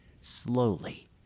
slowly